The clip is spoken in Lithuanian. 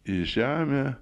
į žemę